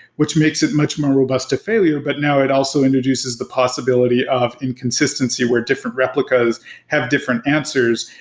which makes it much more robust of failure, but now it also introduces the possibility of inconsistency were different replicas have different answers.